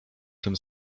tym